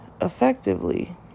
effectively